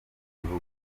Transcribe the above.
gihugu